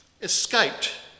escaped